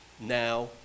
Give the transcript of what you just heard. now